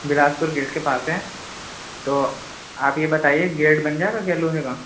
بلاس پور گیٹ کے پاس ہے تو آپ یہ بتائیے گیٹ بن جائے گا کیا لوہے گا